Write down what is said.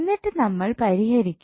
എന്നിട്ട് നമ്മൾ പരിഹരിക്കും